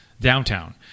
downtown